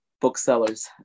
booksellers